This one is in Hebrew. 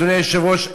אדוני היושב-ראש,